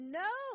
no